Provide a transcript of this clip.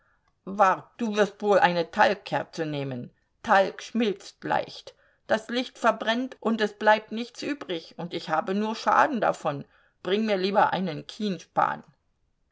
wart du wirst wohl eine talgkerze nehmen talg schmilzt leicht das licht verbrennt und es bleibt nichts übrig und ich habe nur schaden davon bring mir lieber einen kienspan